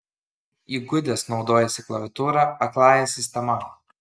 įgudęs naudojasi klaviatūra akląja sistema